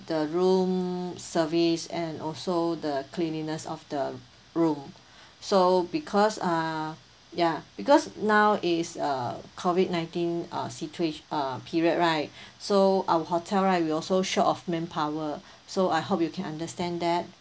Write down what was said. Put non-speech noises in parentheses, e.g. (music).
the room service and also the cleanliness of the room so because ah yeah because now is uh COVID nineteen uh situa~ uh period right (breath) so our hotel right we also short of manpower so I hope you can understand that